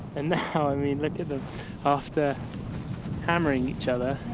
and now, i mean, look at them after hammering each other,